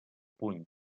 puny